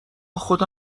خدا